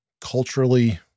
culturally